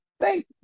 thank